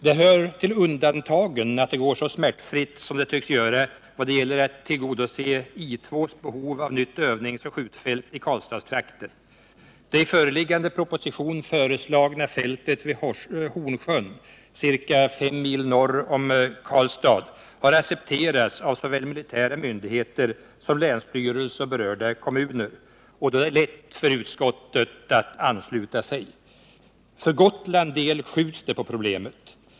Det hör till undantagen att det går så smärtfritt som det tycks göra vad gäller att tillgodose I2:s behov av ett nytt övningsoch skjutfält i Karlstadstrakten. Det i föreliggande proposition föreslagna fältet vid Horssjön ca 5 mil norr om Karlstad har accepterats av såväl militära myndigheter som länsstyrelse och berörda kommuner, och då är det lätt för utskottet att ansluta sig. För Gotlands del skjuts det på problemet.